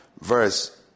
verse